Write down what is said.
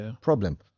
problem